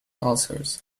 ulcers